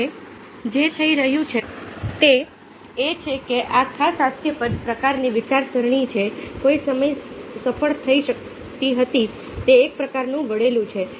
હવે જે થઈ રહ્યું છે તે એ છે કે આ ખાસ હાસ્યાસ્પદ પ્રકારની વિચારસરણી જે કોઈ સમયે સફળ થઈ શકતી હતી તે એક પ્રકારનું વળેલું છે